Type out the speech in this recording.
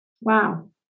Wow